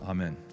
Amen